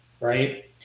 right